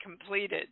completed